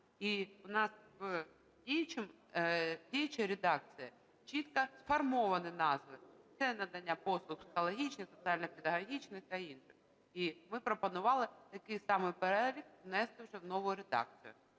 І у нас в діючій редакції чітко сформовані назви: це надання послуг психологічних, соціально-педагогічних та інших. І ми пропонували такий самий перелік внести вже в нову редакцію.